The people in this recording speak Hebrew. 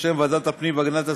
בשם ועדת הפנים והגנת הסביבה,